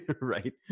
right